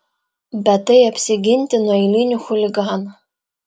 bet tai apsiginti nuo eilinių chuliganų